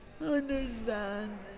Understand